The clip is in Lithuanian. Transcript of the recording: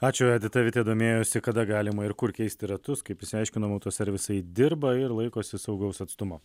ačiū edita vitė domėjosi kada galima ir kur keisti ratus kaip išsiaiškinom autoservisai dirba ir laikosi saugaus atstumo